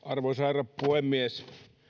arvoisa herra puhemies